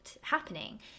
happening